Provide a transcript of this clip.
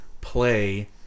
play